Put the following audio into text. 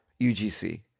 UGC